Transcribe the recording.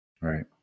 Right